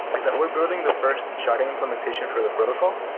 is that we're building the first sharding implementation for the protocol,